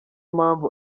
mpamvu